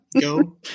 go